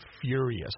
furious